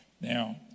Now